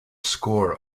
score